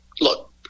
Look